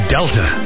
Delta